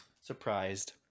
Surprised